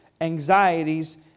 anxieties